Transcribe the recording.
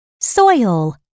Soil